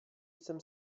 jsem